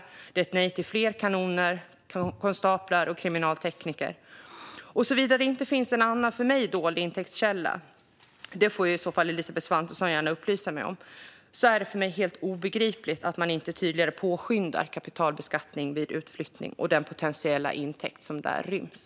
Det är ett nej till fler kanoner, konstaplar och kriminaltekniker. Såvida det inte finns någon annan, för mig dold, intäktskälla - det får i så fall Elisabeth Svantesson gärna upplysa mig om - är det för mig helt obegripligt att man inte tydligare påskyndar kapitalbeskattning vid utflyttning och den potentiella intäkt som där ryms.